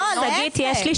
לא, להיפך.